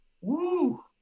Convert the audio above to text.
Woo